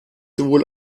sowohl